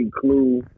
Clue